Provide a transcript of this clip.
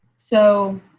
so,